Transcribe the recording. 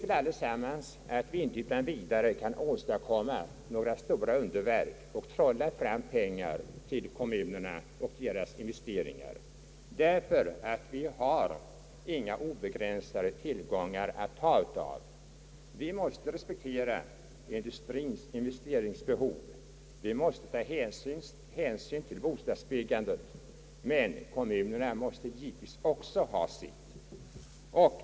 Vi vet allesammans, att vi inte utan vidare kan åstadkomma några stora underverk och trolla fram pengar till kommunerna och deras investeringar därför att vi har begränsade tillgångar. Vi måste beakta industriens investeringsbehov och vi måste ta hänsyn till bostadsbyggandet. Men kommunerna måste givetvis också ha sitt.